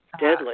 deadly